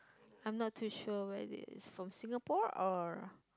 I'm not too sure where this is from Singapore or